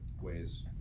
ways